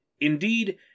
Indeed